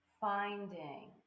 finding